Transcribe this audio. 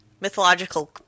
mythological